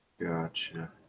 gotcha